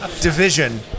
Division